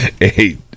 eight